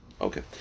Okay